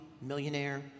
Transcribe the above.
millionaire